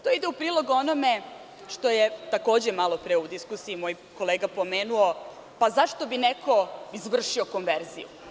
To ide u prilog onome što je, takođe, malopre u diskusiji moj kolega pomenuo - zašto bi neko izvršio konverziju?